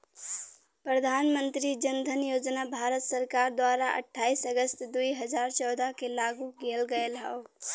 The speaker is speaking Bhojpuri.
प्रधान मंत्री जन धन योजना भारत सरकार द्वारा अठाईस अगस्त दुई हजार चौदह के लागू किहल गयल हौ